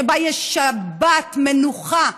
שבה יש שבת מנוחה,